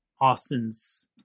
Austin's